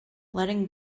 letting